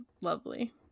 lovely